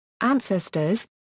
Ancestors –